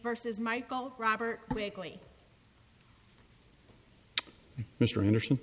verses michael robert quickly mr anderson